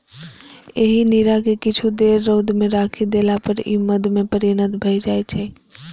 एहि नीरा कें किछु देर रौद मे राखि देला पर ई मद्य मे परिणत भए जाइ छै